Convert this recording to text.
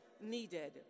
needed